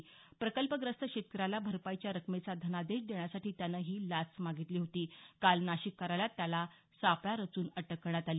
वडाळभोई इथल्या एका प्रकल्पग्रस्त शेतकऱ्याला भरपाईच्या रकमेचा धनादेश देण्यासाठी शिरवाडकर यांनी ही लाच मागितली होती काल नाशिक कार्यालयात त्याला सापळा रचून अटक करण्यात आली